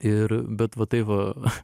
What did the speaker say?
ir bet va tai va a